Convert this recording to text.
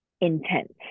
intense